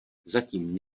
zatím